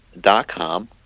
Dot-com